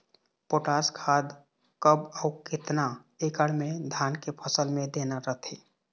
Potash खाद कब अऊ केतना एकड़ मे धान के फसल मे देना रथे?